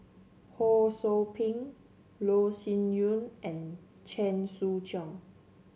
Ho Sou Ping Loh Sin Yun and Chen Sucheng